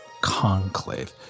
conclave